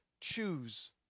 choose